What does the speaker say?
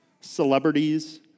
celebrities